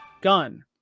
gun